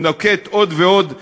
הוא נוקט עוד ועוד צעדים,